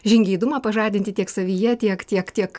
žingeidumą pažadinti tiek savyje tiek tiek tiek